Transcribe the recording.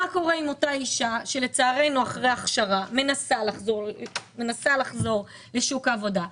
מה קורה עם אותה אישה שלצערנו אחרי הכשרה מנסה לחזור לשוק העבודה,